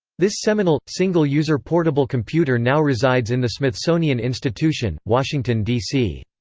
this seminal, single user portable computer now resides in the smithsonian institution, washington, d c.